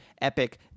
epic